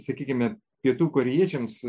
sakykime pietų korėjiečiams